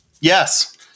Yes